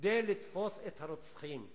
כדי לתפוס את הרוצחים,